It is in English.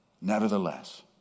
Nevertheless